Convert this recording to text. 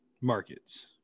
markets